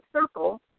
circle